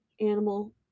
animal